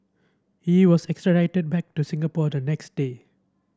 he was extradited back to Singapore the next day